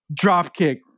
dropkick